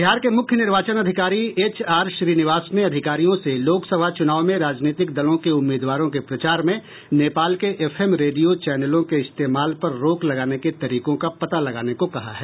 बिहार के मुख्य निर्वाचन अधिकारी एच आर श्रीनिवास ने अधिकारियों से लोकसभा चुनाव में राजनीतिक दलों के उम्मीदवारों के प्रचार में नेपाल के एफएम रेडियो चैनलों के इस्तेमाल पर रोक लगाने के तरीकों का पता लगाने को कहा है